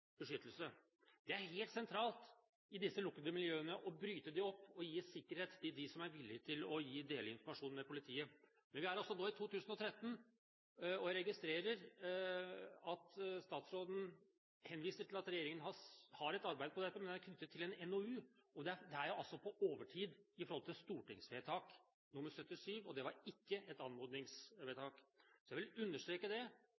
Det er helt sentralt at man bryter opp disse lukkede miljøene og gir sikkerhet for dem som er villige til å dele informasjon med politiet. Vi er nå i 2013 og registrerer at statsråden henviser til at regjeringen arbeider med dette, men det er knyttet til en NOU. Dette er på overtid sett i forhold til stortingsvedtak nr. 77 – og det var ikke et anmodningsvedtak. Jeg vil understreke det